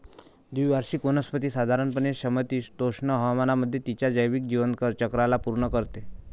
द्विवार्षिक वनस्पती साधारणपणे समशीतोष्ण हवामानामध्ये तिच्या जैविक जीवनचक्राला पूर्ण करते